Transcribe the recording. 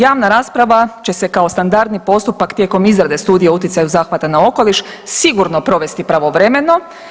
Javna rasprava će se kao standardni postupak tijekom izrade studije utjecaja zahvata na okoliš sigurno provesti pravovremeno.